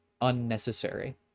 unnecessary